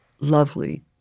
lovely